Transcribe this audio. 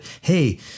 hey